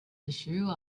issue